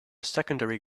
secondary